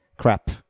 Crap